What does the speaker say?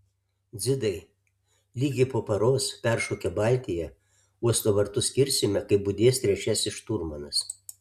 dzidai lygiai po paros peršokę baltiją uosto vartus kirsime kai budės trečiasis šturmanas